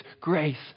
grace